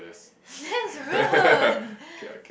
that's rude